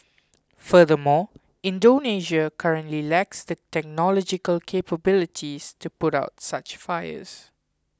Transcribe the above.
furthermore Indonesia currently lacks the technological capabilities to put out such fires